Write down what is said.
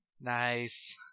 Nice